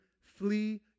flee